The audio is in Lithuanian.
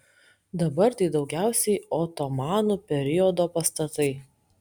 dabar tai daugiausiai otomanų periodo pastatai